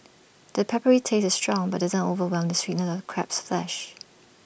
the peppery taste is strong but doesn't overwhelm the sweetness of crab's flesh